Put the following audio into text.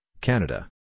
Canada